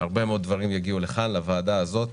הרבה מאוד דברים יגיעו לכאן, לוועדה הזאת.